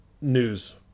news